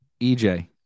EJ